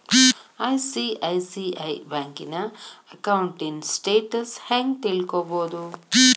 ICICI ಬ್ಯಂಕಿನ ಅಕೌಂಟಿನ್ status ಹೆಂಗ್ ತಿಳ್ಕೊಬೊದು?